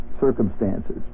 circumstances